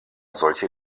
solche